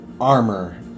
armor